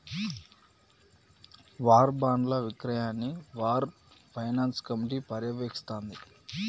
war బాండ్ల విక్రయాన్ని war finance committee పర్యవేక్షిస్తాంది